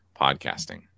podcasting